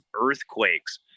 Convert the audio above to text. earthquakes